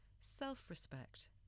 self-respect